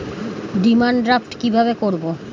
Demand draft কীভাবে করব?